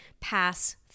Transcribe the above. pass